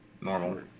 normal